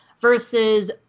versus